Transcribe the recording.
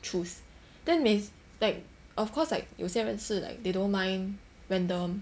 choose then 每 like of course like 有些人是 like they don't mind random